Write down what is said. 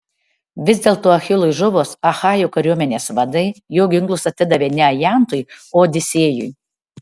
vis dėlto achilui žuvus achajų kariuomenės vadai jo ginklus atidavė ne ajantui o odisėjui